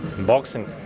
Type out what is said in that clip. Boxing